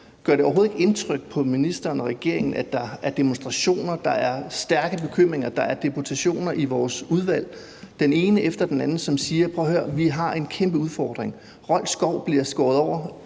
taler om, overhovedet ikke gør indtryk på ministeren og regeringen, at der er demonstrationer, at der er stærke bekymringer, at der er deputationer i vores udvalg – den ene efter den anden, som siger: Prøv at høre, vi har en kæmpe udfordring. Rold Skov bliver skåret over